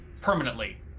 Permanently